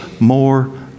more